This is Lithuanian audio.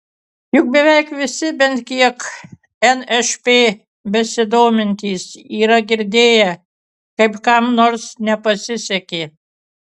juk beveik visi bent kiek nšp besidomintys yra girdėję kaip kam nors nepasisekė